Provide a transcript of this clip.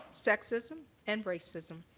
sexism and racism.